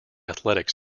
athletics